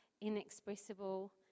inexpressible